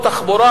או התחבורה,